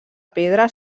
pedra